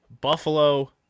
Buffalo